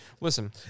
listen